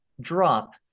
Drop